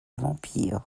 vampire